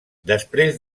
després